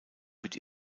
mit